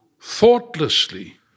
thoughtlessly